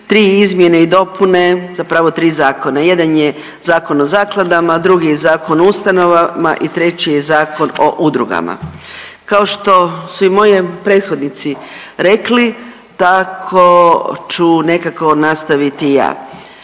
tri izmjene i dopune zapravo tri zakona . Jedan je Zakon o zakladama, drugi je Zakon o ustanovama i treći je Zakon o udrugama. Kao što su i moji prethodnici rekli tako ću nekako nastaviti i ja.